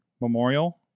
Memorial